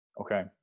Okay